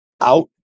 out